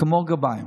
כמו גרביים,